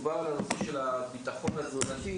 דובר על הנושא של הביטחון התזונתי,